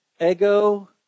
Ego